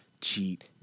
cheat